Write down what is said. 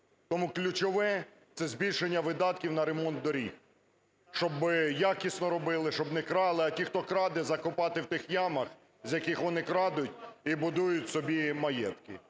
Тому ключове – це збільшення видатків на ремонт доріг, щоб якісно робили, щоб не крали. А ті хто краще, закопати в тих ямах з яких вони крадуть і будують собі маєтки.